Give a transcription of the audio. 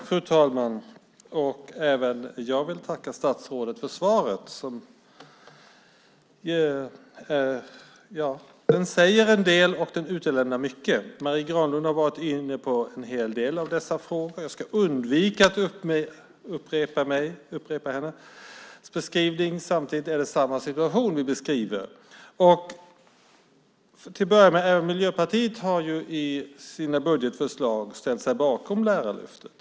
Fru talman! Även jag vill tacka statsrådet för svaret, som säger en del och utelämnar mycket. Marie Granlund har varit inne på en hel del av dessa frågor, och jag ska undvika att upprepa hennes beskrivning. Det är samma situation vi beskriver. Till att börja med har även Miljöpartiet i sina budgetförslag ställt sig bakom Lärarlyftet.